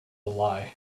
lie